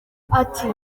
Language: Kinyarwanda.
ati